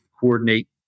coordinate